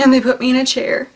and they put me in a chair